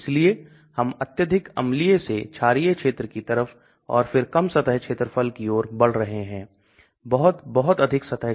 इसलिए घुलनशीलता एक महत्वपूर्ण योगदान देती है यह दवा की मुंह और oral cavity से टारगेट साइट पर पहुंचने से पहले यात्रा की शुरुआत है